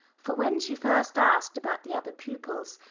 for when she first asked about the other pupils,